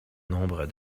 nombre